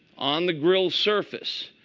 on the grill surface.